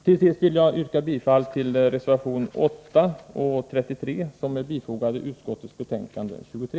Till sist vill jag yrka bifall till reservationerna 8 och 33, som är bifogade utskottets betänkande 23.